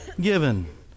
given